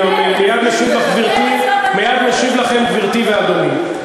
אני מייד משיב לכם, גברתי ואדוני.